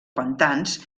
pantans